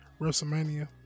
WrestleMania